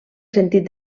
sentit